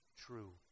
true